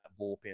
bullpen